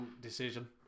decision